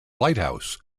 lighthouse